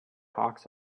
hawks